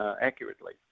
accurately